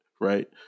Right